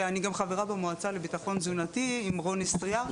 אני גם חברה במועצה לביטחון תזונתי עם רוני סטיאר,